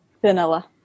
vanilla